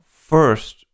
First